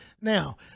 Now